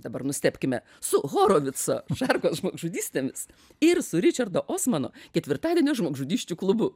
dabar nustebkime su horovico šarkos žmogžudystėmis ir su ričardo osmano ketvirtadienio žmogžudysčių klubu